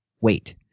wait